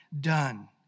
done